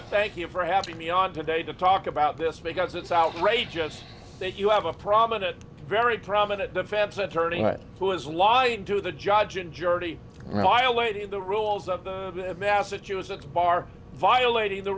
to thank you for having me on today to talk about this because it's outrageous that you have a prominent very prominent defense attorney who has lied to the judge and gertie violated the rules of the massachusetts bar violating the